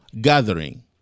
gathering